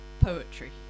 poetry